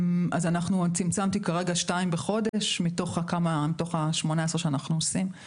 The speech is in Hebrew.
צמצמתי כרגע שתיים בחודש מתוך ה-18 שאנחנו עושים.